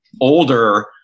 older